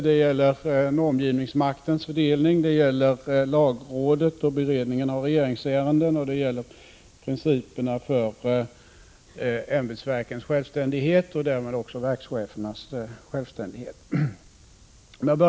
Det gäller normgivningsmaktens fördelning, lagrådet och beredningen av regeringsärenden samt principerna för ämbetsverkens självständighet — och därmed också verkschefernas självständighet. Prot.